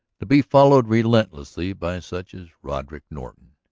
to be followed relentlessly by such as roderick norton.